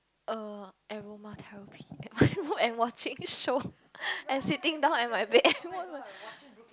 err aroma therapy that one and watching show and sitting down at my bed